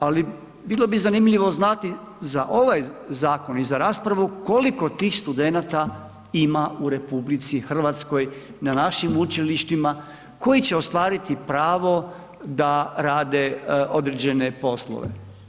Ali, bilo bi zanimljivo znati za ovaj zakon i za raspravu, koliko tih studenata ima u RH na našim učilištima koji će ostvariti pravo da rade određene poslove.